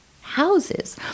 houses